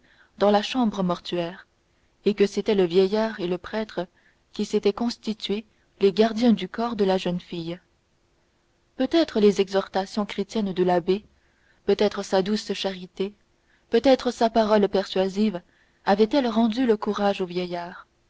dans la chambre mortuaire et que c'était le vieillard et le prêtre qui s'étaient constitués les gardiens du corps de la jeune fille peut-être les exhortations chrétiennes de l'abbé peut-être sa douce charité peut-être sa parole persuasive avaient-elles rendu le courage au vieillard